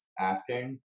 asking